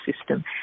system